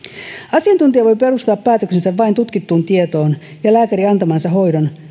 asiantuntija voi perustaa päätöksensä vain tutkittuun tietoon ja lääkäri antamansa hoidon